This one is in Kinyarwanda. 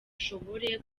ushobore